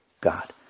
God